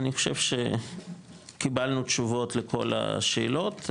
אני חושב שקיבלנו תשובות לכל השאלות,